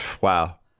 Wow